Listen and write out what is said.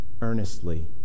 earnestly